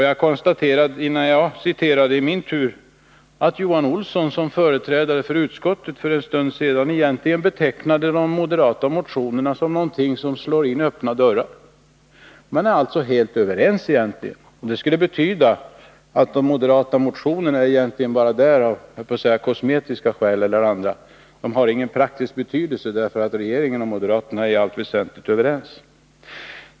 Jag konstaterade att Johan Olsson som företrädare för utskottet för en stund sedan betecknade de moderata motionerna som någonting som slår in öppna dörrar. Man är alltså helt överens. Det skulle betyda att de moderata motionerna finns med egentligen bara av — skulle jag vilja säga — kosmetiska eller andra skäl. De har ingen praktisk betydelse, därför att regeringen och moderaterna i allt väsentligt är överens.